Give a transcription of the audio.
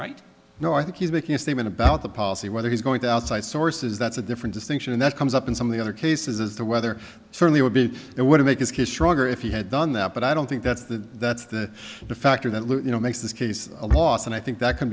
right now i think he's making a statement about the policy whether he's going to outside sources that's a different distinction that comes up in some of the other cases as the weather certainly would be it would make his case stronger if he had done that but i don't think that's the that's the the factor that makes this case a loss and i think that can